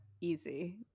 Easy